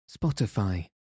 Spotify